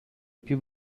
più